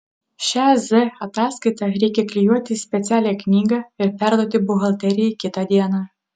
šią z ataskaitą reikia klijuoti į specialią knygą ir perduoti buhalterijai kitą dieną